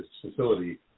facility